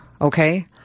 okay